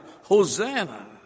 Hosanna